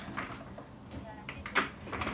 ya I think it is better